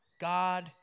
God